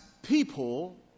People